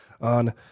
on